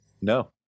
No